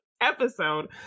episode